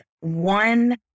one